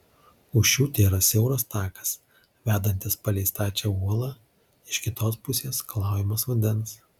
už šių tėra siauras takas vedantis palei stačią uolą iš kitos pusės skalaujamas vandens